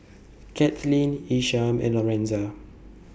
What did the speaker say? Kathlene Isham and Lorenza